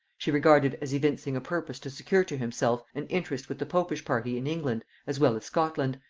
she regarded as evincing a purpose to secure to himself an interest with the popish party in england as well as scotland,